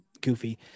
goofy